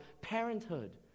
parenthood